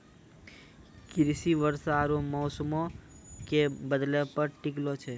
कृषि वर्षा आरु मौसमो के बदलै पे टिकलो छै